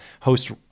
Host